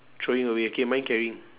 throwing away K mine carrying